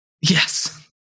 Yes